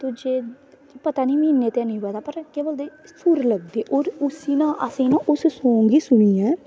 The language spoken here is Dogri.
तुझे पता निं में ते निं गाए दा पर सुर लगदे होर उसी ना अस उसी सांग गी सुनियै